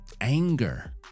Anger